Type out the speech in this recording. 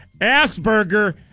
Asperger